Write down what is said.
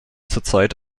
zurzeit